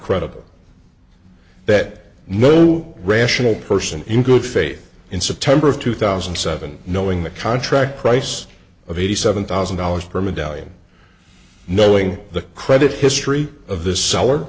credible that no rational person in good faith in september of two thousand and seven knowing the contract price of eighty seven thousand dollars per medallion knowing the credit history of this sell